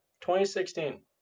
2016